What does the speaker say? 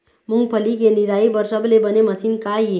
मूंगफली के निराई बर सबले बने मशीन का ये?